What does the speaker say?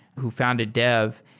who founded dev.